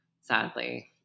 sadly